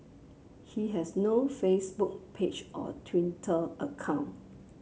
he has no Facebook page or Twitter account